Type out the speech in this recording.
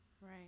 Right